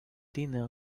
dinner